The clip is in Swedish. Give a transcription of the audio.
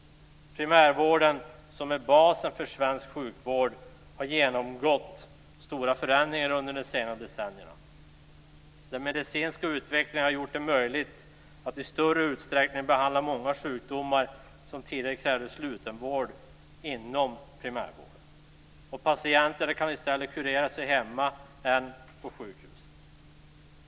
Primärvården, som alltså är basen för svensk sjukvård, har genomgått stora förändringar under de senaste decennierna. Den medicinska utvecklingen har gjort det möjligt att inom primärvården i större utsträckning behandla många sjukdomar som tidigare krävde slutenvård. Patienterna kan i stället kurera sig hemma, inte på sjukhuset.